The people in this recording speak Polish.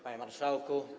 Panie Marszałku!